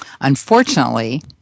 Unfortunately